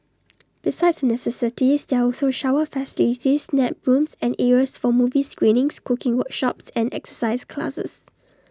besides the necessities there are also shower facilities nap rooms and areas for movie screenings cooking workshops and exercise classes